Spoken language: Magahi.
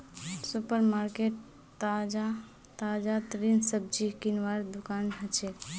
सुपर मार्केट ताजातरीन सब्जी किनवार दुकान हछेक